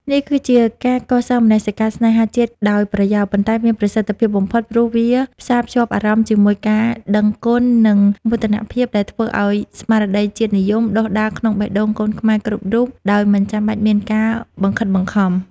នេះគឺជាការកសាងមនសិការស្នេហាជាតិដោយប្រយោល ប៉ុន្តែមានប្រសិទ្ធភាពបំផុត ព្រោះវាផ្សារភ្ជាប់អារម្មណ៍ជាមួយការដឹងគុណ និងមោទនភាព ដែលធ្វើឱ្យស្មារតីជាតិនិយមដុះដាលក្នុងបេះដូងកូនខ្មែរគ្រប់រូបដោយមិនចាំបាច់មានការបង្ខិតបង្ខំ។